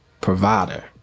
provider